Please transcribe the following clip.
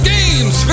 Games